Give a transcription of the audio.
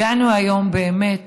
הגענו היום באמת